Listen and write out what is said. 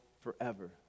forever